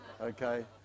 Okay